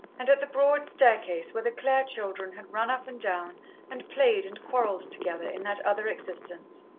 and at the broad staircase where the clare children had run up and down and played and quarrelled together, in that other existence.